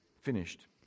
finished